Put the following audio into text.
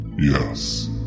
Yes